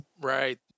Right